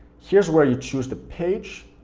here's where you choose the page,